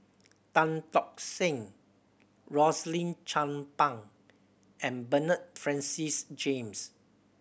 Tan Tock Seng Rosaline Chan Pang and Bernard Francis James